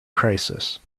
crisis